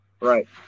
Right